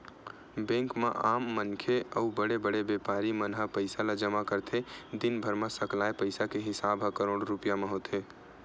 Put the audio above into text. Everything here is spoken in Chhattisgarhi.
बेंक म आम मनखे अउ बड़े बड़े बेपारी मन ह पइसा ल जमा करथे, दिनभर म सकलाय पइसा के हिसाब ह करोड़ो रूपिया म होथे